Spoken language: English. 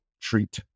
treat